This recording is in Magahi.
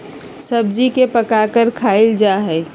सब्जी के पकाकर खायल जा हई